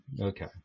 Okay